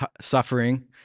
suffering